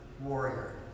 warrior